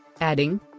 adding